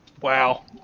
Wow